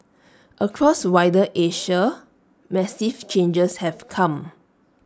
across wider Asia massive changes have come